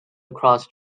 across